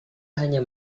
hanya